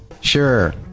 Sure